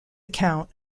account